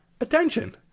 attention